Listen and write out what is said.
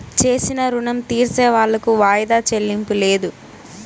చేసిన రుణం తీర్సేవాళ్లకు వాయిదా చెల్లింపు లేదు